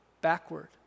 backward